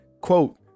Quote